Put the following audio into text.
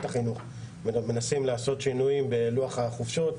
החינוך ומנסים לעשות שינויים בלוח החופשות,